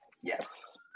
Yes